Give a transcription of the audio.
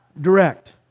Direct